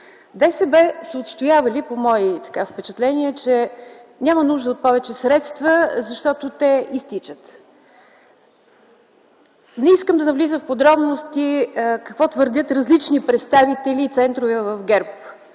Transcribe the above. са отстоявали, по мои впечатления, че няма нужда от повече средства, защото те изтичат. Не искам да навлизам в подробности какво твърдят различни представители и центрове в ГЕРБ